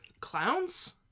clowns